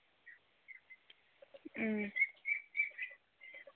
ᱩᱸ